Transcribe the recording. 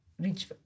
reach